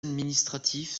administratifs